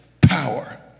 power